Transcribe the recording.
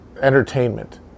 entertainment